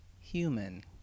human